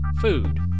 food